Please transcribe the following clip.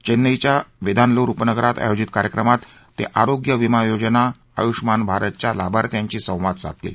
चेन्नईच्या वेंदालूर उपनगरात आयोजित कार्यक्रमात ते आरोग्य विमा योजना आयुष्मान भारतच्या लाभार्थ्यांशी संवाद साधतील